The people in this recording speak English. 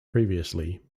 previously